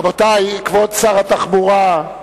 רבותי, כבוד שר התחבורה,